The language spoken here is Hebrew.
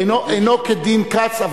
כדין כץ,